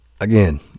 Again